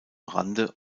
rande